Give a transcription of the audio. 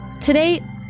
Today